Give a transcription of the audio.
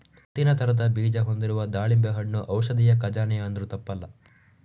ಮುತ್ತಿನ ತರದ ಬೀಜ ಹೊಂದಿರುವ ದಾಳಿಂಬೆ ಹಣ್ಣು ಔಷಧಿಯ ಖಜಾನೆ ಅಂದ್ರೂ ತಪ್ಪಲ್ಲ